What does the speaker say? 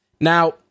Now